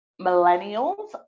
millennials